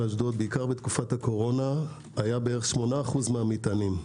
אשדוד בעיקר בתקופת הקורונה היה כ-8% מהמטענים.